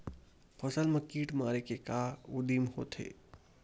फसल मा कीट मारे के का उदिम होथे?